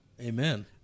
Amen